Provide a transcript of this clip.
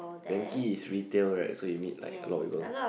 Yankee is retail right so you meet like a lot of people